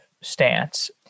stance